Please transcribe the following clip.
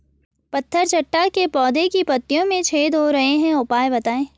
पत्थर चट्टा के पौधें की पत्तियों में छेद हो रहे हैं उपाय बताएं?